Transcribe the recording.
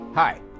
Hi